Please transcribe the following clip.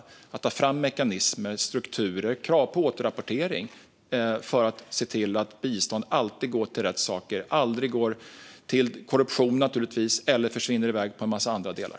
Det gäller att ta fram mekanismer, strukturer och krav på återrapportering för att se till att bistånd alltid går till rätt saker och aldrig går till korruption eller försvinner i väg på en massa andra delar.